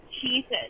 cheeses